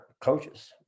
coaches